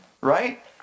Right